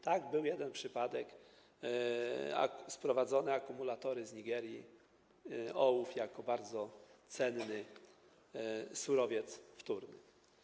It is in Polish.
Tak, był jeden przypadek: sprowadzone akumulatory z Nigerii, ołów jako bardzo cenny surowiec wtórny.